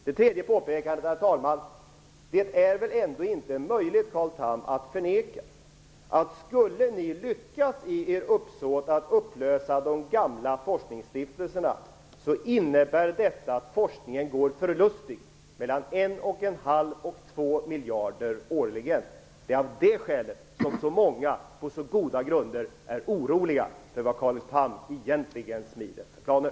Det är väl ändå inte möjligt, Carl Tham, att förneka, att skulle ni lyckas i ert uppsåt att upplösa de gamla forskningsstiftelserna, innebär detta att forskningen går förlustig mellan 1,5 och 2 miljarder årligen. Det är av det skälet som så många på så goda grunder är oroliga för vad Carl Tham egentligen smider för planer.